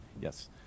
Yes